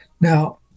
Now